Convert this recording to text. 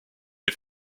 les